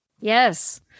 Yes